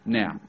now